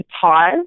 pause